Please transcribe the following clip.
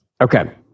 Okay